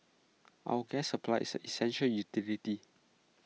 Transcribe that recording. our gas supply is an essential utility